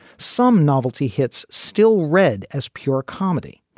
some novelty hits still read as pure comedy.